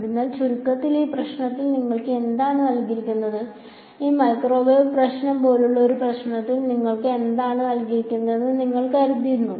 അതിനാൽ ചുരുക്കത്തിൽ ഈ പ്രശ്നത്തിൽ നിങ്ങൾക്ക് എന്താണ് നൽകിയിരിക്കുന്നത് ഈ മൈക്രോവേവ് പ്രശ്നം പോലുള്ള ഒരു പ്രശ്നത്തിൽ നിങ്ങൾക്ക് എന്താണ് നൽകിയിരിക്കുന്നതെന്ന് നിങ്ങൾ കരുതുന്നു